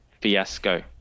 fiasco